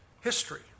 history